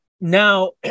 Now